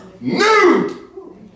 new